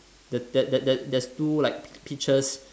the that that that there's two like peaches